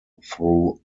through